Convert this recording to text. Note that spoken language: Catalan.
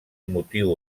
motiu